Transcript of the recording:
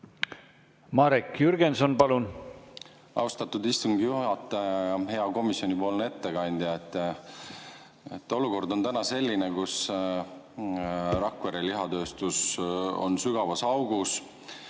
Marek Jürgenson, palun!